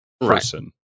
person